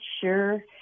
sure